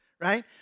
right